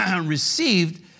received